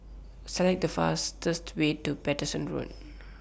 Select The fastest Way to Paterson Road